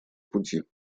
пути